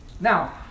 Now